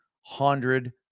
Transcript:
hundred